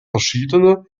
verschiedene